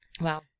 Wow